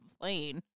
plane